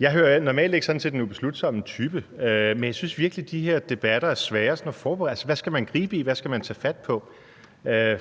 Jeg hører normalt ikke til den ubeslutsomme type, men jeg synes virkelig, at de her debatter er svære at forberede sig på. Hvad skal man gribe i, hvad skal man tage fat på?